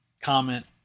comment